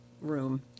room